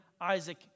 Isaac